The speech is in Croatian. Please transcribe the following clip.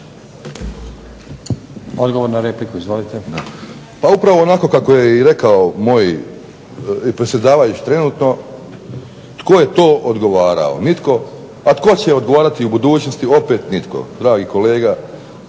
Boro (HDSSB)** Pa upravo onako kako je rekao moj predsjedavajući trenutno, tko je to odgovarao? Nitko. A tko će odgovarati u budućnosti? Opet nitko. Dragi kolega